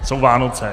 Jsou Vánoce.